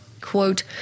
Quote